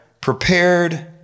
prepared